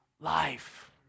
life